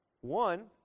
One